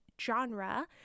genre